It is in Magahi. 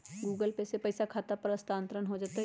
गूगल पे से पईसा खाता पर स्थानानंतर हो जतई?